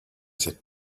sit